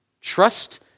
Trust